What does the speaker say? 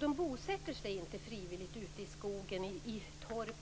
De bosätter sig inte frivilligt ute i skogen i torp